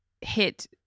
hit